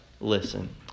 listen